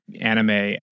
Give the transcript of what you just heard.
anime